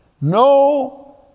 No